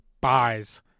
buys